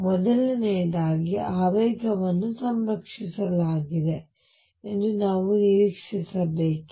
ಮೊದಲನೆದಾಗಿ ಆವೇಗವನ್ನು ಸಂರಕ್ಷಿಸಲಾಗಿದೆ ಎಂದು ನಾವು ನಿರೀಕ್ಷಿಸಬೇಕೇ